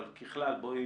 אבל ככלל בואי